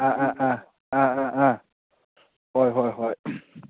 ꯑꯥ ꯑꯥ ꯑꯥ ꯑꯥ ꯑꯥ ꯑꯥ ꯍꯣꯏ ꯍꯣꯏ ꯍꯣꯏ